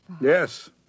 Yes